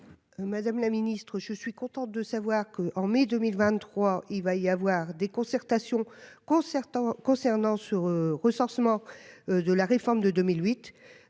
Madame la Ministre, je suis contente de savoir que, en mai 2023, il va y avoir des concertations concertant concernant sur recensement de la réforme de 2008,